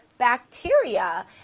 bacteria